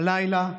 הלילה,